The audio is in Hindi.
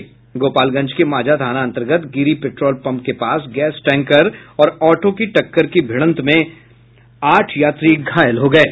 गोपालगंज के मांझा थाना अंतर्गत गिरि पेट्रोल पम्प के पास गैस टैंकर और ऑटों की भीड़ंत में आठ यात्री घायल हो गये